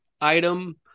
item